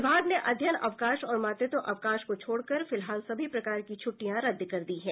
विभाग ने अध्ययन अवकाश और मातृत्व अवकाश को छोड़कर फिलहाल सभी प्रकार की छुट्टियां रद्द कर दी हैं